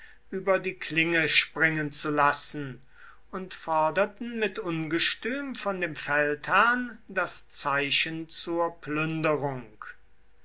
über die klinge springen zu lassen und forderten mit ungestüm von dem feldherrn das zeichen zur plünderung